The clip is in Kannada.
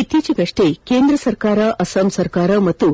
ಇತ್ಗೀಚೆಗಷ್ಲೆ ಕೇಂದ ಸರ್ಕಾರ ಅಸ್ಸಾಂ ಸರ್ಕಾರ ಹಾಗೂ